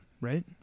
Right